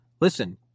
Listen